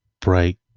bright